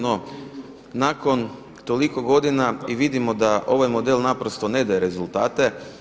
No nakon toliko godina i vidimo da ovaj model naprosto ne daje rezultate.